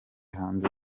hanze